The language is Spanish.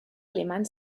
alemán